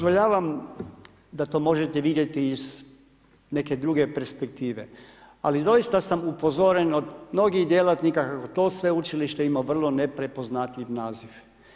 Dozvoljavam da to možete vidjeti iz neke druge perspektive ali doista sam upozoren od mnogih djelatnika kako to sveučilište ima vrlo neprepoznatljiv naziv.